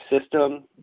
system